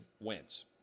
Wentz